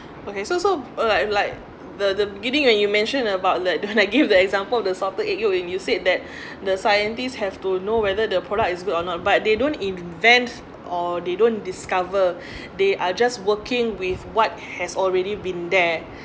okay so so like like the the meaning and you mention about like I give the example of the salted egg yolk and you said that the scientists have to know whether the product is good or not but they don't invent or they don't discover they are just working with what has already been there